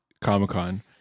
Comic-Con